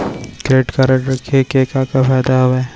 Credit card रखे के का का फायदा हवे?